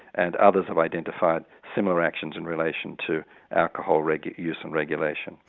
and others have identified similar actions in relation to alcohol like use and regulation.